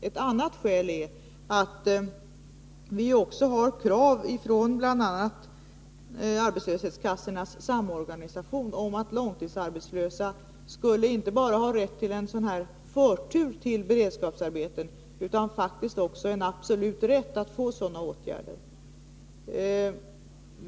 Ett annat skäl är att vi också har krav från bl.a. arbetslöshetskassornas samorganisation om att långtidsarbetslösa inte bara skall ha rätt till en sådan här förtur till beredskapsarbete utan faktiskt även skall ha en absolut rätt att få det.